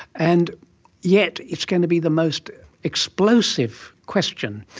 and yet it's going to be the most explosive question.